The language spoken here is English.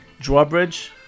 drawbridge